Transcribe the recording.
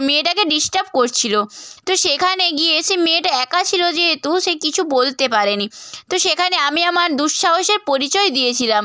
মেয়েটাকে ডিস্টার্ব করছিলো তো সেখানে গিয়ে সে মেয়েটা একা ছিলো যেহেতু সে কিছু বলতে পারে নি তো সেখানে আমি আমার দুঃসাহসের পরিচয় দিয়েছিলাম